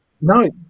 No